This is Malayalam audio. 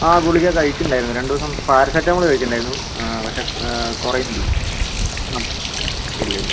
ആ ഗുളിക കഴിച്ചിട്ടുണ്ടായിരുന്നു രണ്ട് ദിവസം പാരസെറ്റാമോൾ കഴിച്ചിട്ടുണ്ടായിരുന്നു ആ പക്ഷെ കുറയുന്നില്ല ഇല്ല ഇല്ലില്ല